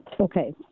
Okay